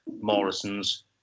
Morrison's